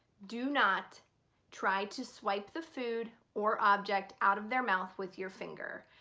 do not try to swipe the food or object out of their mouth with your finger.